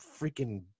freaking